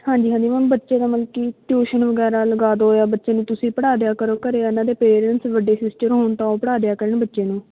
ਹਾਂਜੀ ਹਾਂਜੀ ਮੈਮ ਬੱਚੇ ਦਾ ਮਤਲਬ ਕਿ ਟਿਊਸ਼ਨ ਵਗੈਰਾ ਲਗਾ ਦਿਓ ਜਾਂ ਬੱਚੇ ਨੂੰ ਤੁਸੀਂ ਪੜ੍ਹਾਦਿਆ ਕਰੋ ਘਰ ਇਹਨਾਂ ਦੇ ਪੇਰੈਂਟਸ ਵੱਡੇ ਸਿਸਟਰ ਹੋਣ ਤਾਂ ਉਹ ਪੜ੍ਹਾਦਿਆ ਕਰਨ ਬੱਚੇ ਨੂੰ